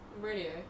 Radio